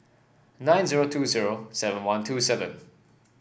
nine zero two zero seven one two seven